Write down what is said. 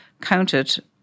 counted